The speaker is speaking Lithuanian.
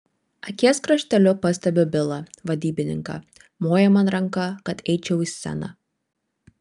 akies krašteliu pastebiu bilą vadybininką moja man ranka kad eičiau į sceną